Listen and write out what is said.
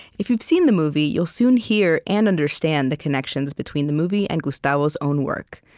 if you've seen the movie, you'll soon hear and understand the connections between the movie and gustavo's own work.